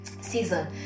season